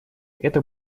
это